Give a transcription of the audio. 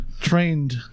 trained